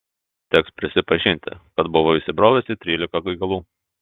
teks prisipažinti kad buvau įsibrovęs į trylika gaigalų